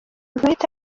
ntwite